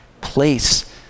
place